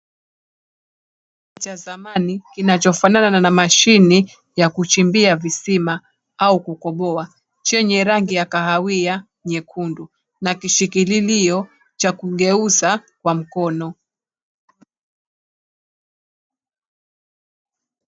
Cha zamani, kinachofanana na mashini ya kuchimbia visima au kukoboa, chenye rangi ya kahawia nyekundu, na kishikililio cha kugeuza wa mkono.